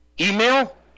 email